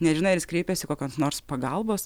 nežinai ar jis kreipėsi kokios nors pagalbos